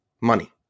money